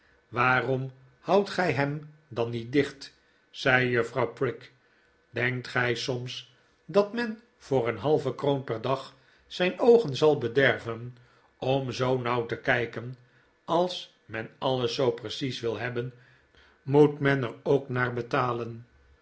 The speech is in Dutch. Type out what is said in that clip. waarom houdt gij hem dan niet dicht zei juffrouw prig denkt gij soms dat men voor een halve kroon per dag zijn oogen zal bederven om zoo nauw te kijken als men alles zoo precies wil hebben moet men er ook naar betalen